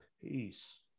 peace